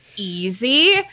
easy